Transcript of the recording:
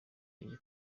yitwa